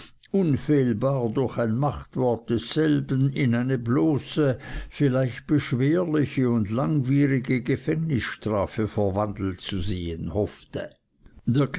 unfehlbar durch ein machtwort desselben in eine bloße vielleicht beschwerliche und langwierige gefängnisstrafe verwandelt zu sehen hoffte